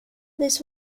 this